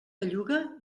belluga